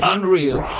Unreal